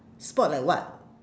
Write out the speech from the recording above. sport like what